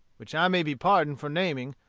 which i may be pardoned for naming,